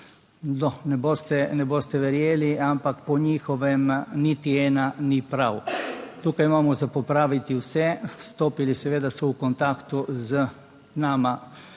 ne boste verjeli, ampak po njihovem niti ena ni prav. Tukaj imamo za popraviti vse. So bili seveda so v kontaktu z nama